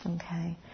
okay